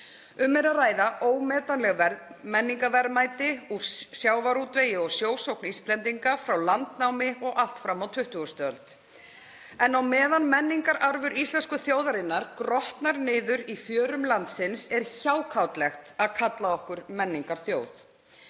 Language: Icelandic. Um er að ræða ómetanleg menningarverðmæti úr sjávarútvegi og sjósókn Íslendinga frá landnámi og allt fram á 20. öld en á meðan menningararfur íslensku þjóðarinnar grotnar niður í fjörum landsins er hjákátlegt að kalla okkur menningarþjóð.